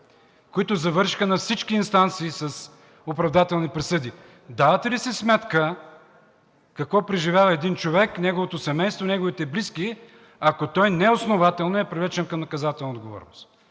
които завършиха на всички инстанции с оправдателна присъда. Давате ли си сметка какво преживява един човек, неговото семейство, неговите близки, ако той неоснователно е привлечен към наказателна отговорност?